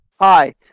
Hi